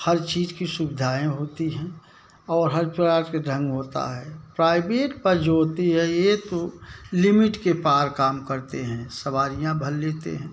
हर चीज़ की सुविधायें होती हैं और हर प्रकार के ढंग होता हैं प्राइवेट बस जो होती हैं यह तो लिमिट के पार काम करते हैं सवारिया भर लेते हैं